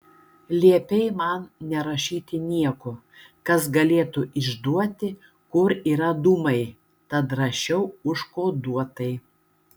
liepei man nerašyti nieko kas galėtų išduoti kur yra dūmai tad rašiau užkoduotai